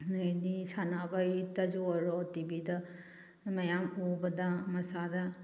ꯑꯗꯨꯗꯩꯗꯤ ꯁꯥꯟꯅꯕꯒꯤꯗꯁꯨ ꯑꯣꯏꯔꯣ ꯇꯤꯚꯤꯗ ꯃꯌꯥꯝ ꯎꯕꯗ ꯃꯁꯥꯗ